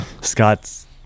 Scott's